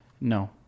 No